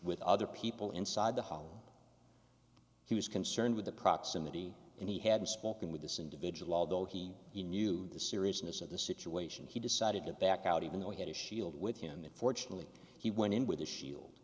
with other people inside the home he was concerned with the proximity and he had spoken with this individual although he he knew the seriousness of the situation he decided to back out even though he had a shield with him that fortunately he went in with a shield